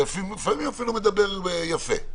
ולפעמים אפילו מדבר יפה,